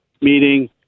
meeting